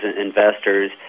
investors